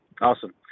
Awesome